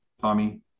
Tommy